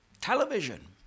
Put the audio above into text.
television